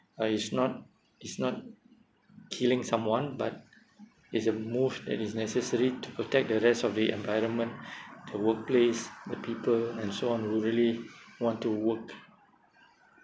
uh it's not it's not killing someone but it's a move that is necessary to protect the rest of the environment the workplace the people and so on who really want to work